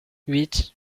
huit